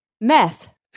Meth